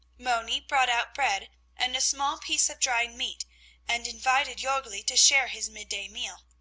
moni brought out bread and a small piece of dried meat and invited jorgli to share his midday meal.